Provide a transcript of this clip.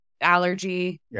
allergy